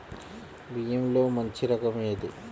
బియ్యంలో మంచి రకం ఏది?